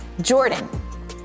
Jordan